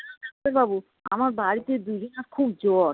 hello ডাক্তারবাবু আমার বাড়িতে দিদির না খুব জ্বর